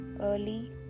early